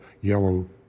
yellow